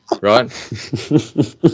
right